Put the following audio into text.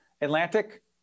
Atlantic